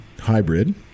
hybrid